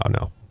no